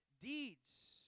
deeds